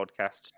podcast